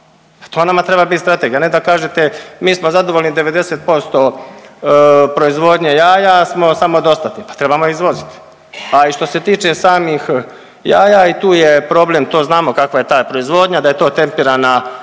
to nama treba biti strategija, a ne da kažete mi smo zadovoljni 90% proizvodnje jaja smo samodostatni. Pa trebamo izvoziti. A i što se tiče samih jaja, i tu je problem, to znamo kakva je ta proizvodnja, da je to tempirana